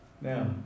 Now